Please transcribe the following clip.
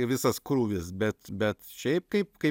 visas krūvis bet bet šiaip kaip kai